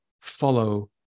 follow